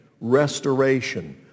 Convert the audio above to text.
restoration